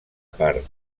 part